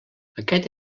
aquest